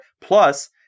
plus